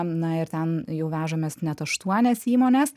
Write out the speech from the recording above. na ir ten jau vežamės net aštuonias įmones